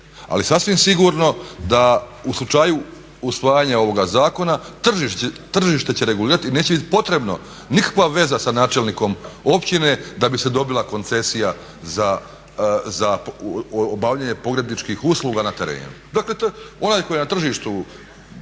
Ali sasvim sigurno da u slučaju usvajanja ovoga zakona tržište će regulirati i neće biti potrebno nikakva veza sa načelnikom općine da bi se dobila koncesija za obavljanje pogrebničkih usluga na terenu. Dakle, onaj koji je na tržištu